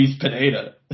Pineda